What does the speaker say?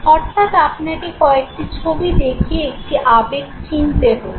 অর্থাৎ আপনাকে কয়েকটি ছবি দেখিয়ে একটি আবেগ চিনতে হলো